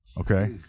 Okay